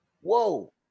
whoa